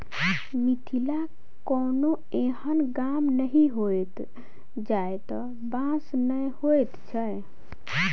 मिथिलाक कोनो एहन गाम नहि होयत जतय बाँस नै होयत छै